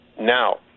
now